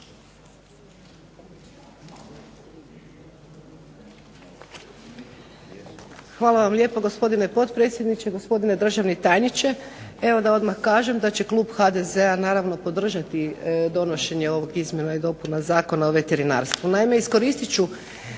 Hvala vam lijepa. Gospodine potpredsjedniče, gospodine državni tajniče. Evo da odmah kažem da će klub HDZ-a naravno podržati donošenje ove izmjene i dopune Zakona o veterinarstvu. Naime, iskoristit ću